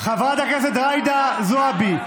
חברת הכנסת ג'ידא זועבי,